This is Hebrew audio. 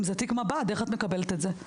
אם זה תיק מב"ד, איך את מקבלת את זה?